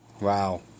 Wow